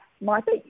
Martha